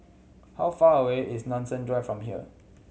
how far away is Nanson Drive from here